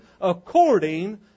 according